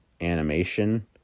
animation